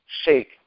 shake